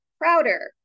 prouder